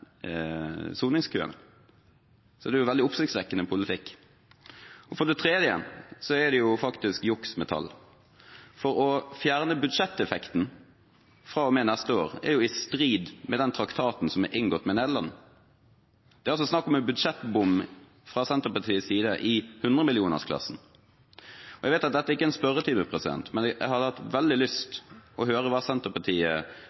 Så det er en veldig oppsiktsvekkende politikk. For det tredje er det faktisk juks med tall, for å fjerne budsjetteffekten fra og med neste år er i strid med traktaten som er inngått med Nederland. Det er altså snakk om en budsjettbom fra Senterpartiets side i hundremillionersklassen. Jeg vet at dette ikke er en spørretime, men jeg hadde hatt veldig